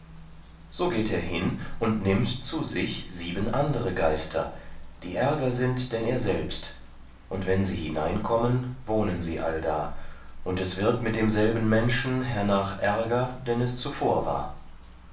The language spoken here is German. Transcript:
so geht er hin und nimmt zu sich sieben andere geister die ärger sind denn er selbst und wenn sie hineinkommen wohnen sie allda und es wird mit demselben menschen hernach ärger denn es zuvor war